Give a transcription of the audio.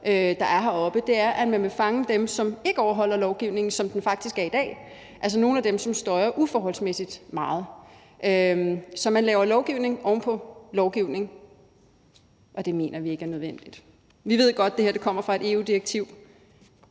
været heroppe – er, at man vil fange dem, som ikke overholder lovgivningen, som den faktisk er i dag, altså nogle af dem, som støjer uforholdsmæssigt meget. Så man laver lovgivning oven på lovgivning, og det mener vi ikke er nødvendigt. Vi ved godt, at det her kommer fra et EU-direktiv.